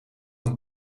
een